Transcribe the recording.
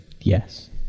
yes